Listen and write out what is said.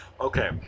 Okay